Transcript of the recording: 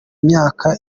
imyaka